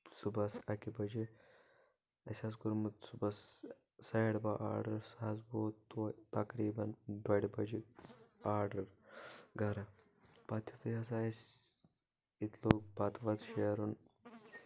صبُحس اَکہِ بَجہِ اَسہِ حظ کوٚرمُت صُبحس ساڑِ بہہ آڈر سُہ حظ ووت تقریٖبن ڈۄڈِ بَجہِ آڈر گرٕ پَتہٕ یِتھُے ہسا اَسہِ ییٚتہِ لوٚگ بَتہٕ وَتہٕ شیرُن